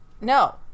No